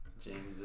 James